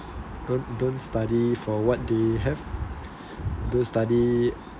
don't don't study for what they have don't study